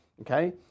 Okay